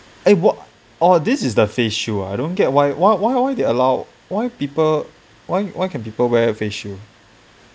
eh what oh this is the face shield I don't get why why why why they allow why people why why can people wear face shield